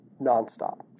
nonstop